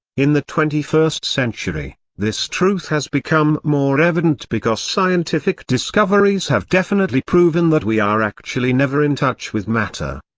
in the twenty first century, this truth has become more evident because scientific discoveries have definitely proven that we are actually never in touch with matter.